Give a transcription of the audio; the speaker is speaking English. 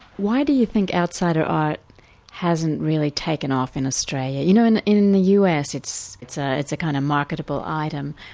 why do you think outsider art hasn't really taken off in australia? you know in in the us it's it's ah a kind of marketable item,